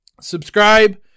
Subscribe